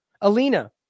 Alina